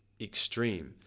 extreme